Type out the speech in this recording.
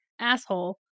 Asshole